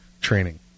training